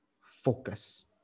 Focus